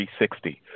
360